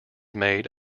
made